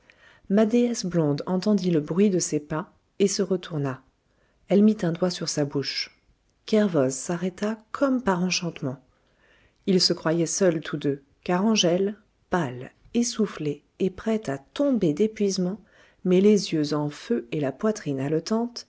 ma déesse blonde entendit le bruit de ses pas et se retourna elle mit un doigt sur sa bouche kervoz s'arrêta comme par enchantement ils se croyaient seuls tous deux car angèle pâle essoufflée et prête à tomber d'épuisement mais les yeux en feu et la poitrine